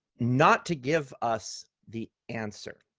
not to give us the answer.